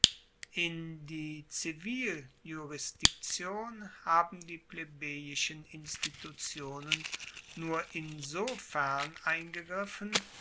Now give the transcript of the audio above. in die ziviljurisdiktion haben die plebejischen institutionen nur insofern eingegriffen